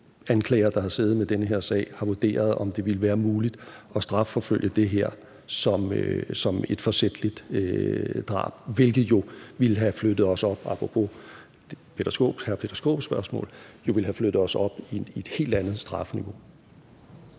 anklager, der har siddet med her sag, har vurderet, om det ville være muligt at strafforfølge det her som et forsætligt drab, hvilket jo ville have flyttet os – apropos hr. Peter Skaarups spørgsmål – op i et helt andet strafniveau.